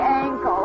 ankle